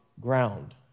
ground